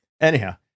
Anyhow